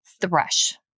thrush